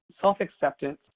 self-acceptance